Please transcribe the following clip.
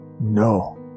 No